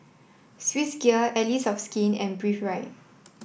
Swissgear Allies of Skin and Breathe Right